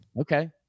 Okay